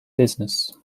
business